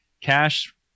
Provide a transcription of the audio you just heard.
Cash